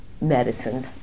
medicine